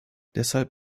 deshalb